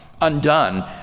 undone